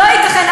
לא ייתכן,